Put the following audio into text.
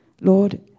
Lord